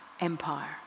empire